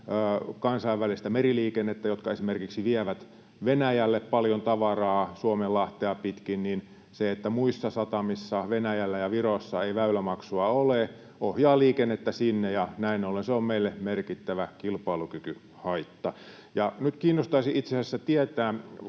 kansainväliseen meriliikenteeseen ja niihin, jotka esimerkiksi vievät Venäjälle paljon tavaraa Suomenlahtea pitkin, niin se, että muissa satamissa Venäjällä ja Virossa ei väylämaksua ole, ohjaa liikennettä sinne, ja näin ollen se on meille merkittävä kilpailukykyhaitta. Nyt kiinnostaisi itse asiassa tietää